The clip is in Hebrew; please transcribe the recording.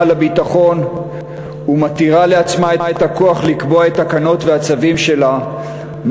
על הביטחון ומתירה לעצמה את הכוח לקבוע את התקנות והצווים שלה,